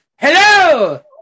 hello